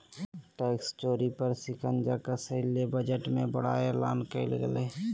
tax चोरी पर शिकंजा कसय ले बजट में बड़ा एलान कइल गेलय